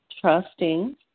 trusting